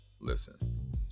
Listen